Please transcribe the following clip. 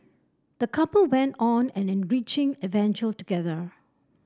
the couple went on an enriching together